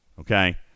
Okay